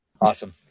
Awesome